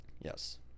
yes